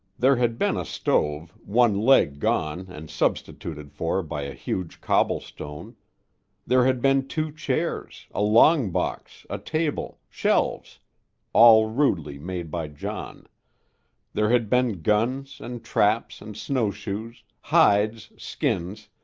there had been a stove, one leg gone and substituted for by a huge cobblestone there had been two chairs, a long box, a table, shelves all rudely made by john there had been guns and traps and snowshoes, hides, skins,